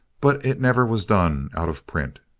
but it never was done out of print